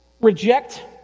reject